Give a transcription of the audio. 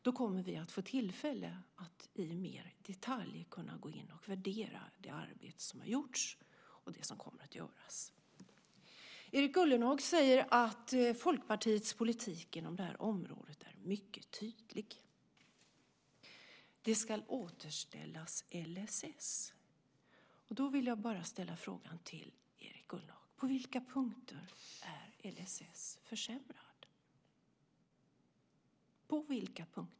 Då kommer vi att få tillfälle att mer i detalj kunna gå in och värdera det arbete som har gjorts och det som kommer att göras. Erik Ullenhag säger att Folkpartiets politik inom det här området är mycket tydlig. LSS ska återställas. Då vill jag bara ställa frågan till Erik Ullenhag: På vilka punkter är LSS försämrad?